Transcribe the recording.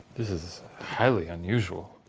this is highly unusual,